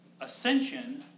ascension